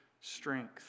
strength